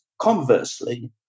Conversely